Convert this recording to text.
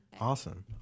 Awesome